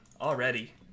already